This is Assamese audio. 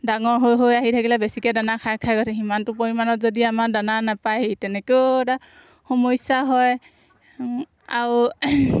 ডাঙৰ হৈ হৈ আহি থাকিলে বেছিকৈ দানা খাই খাই গৈ সিমানটো পৰিমাণত যদি আমাৰ দানা নাপায়হি তেনেকৈও এটা সমস্যা হয় আৰু